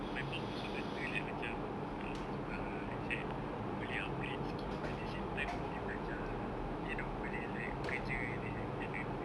my mum also kata like macam nak ambil juga ah it's like boleh upgrade skills but at the same time boleh belajar eh no boleh like kerja and then and earn duit